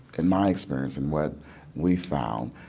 in my experience, and what we've found,